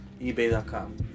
eBay.com